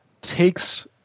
takes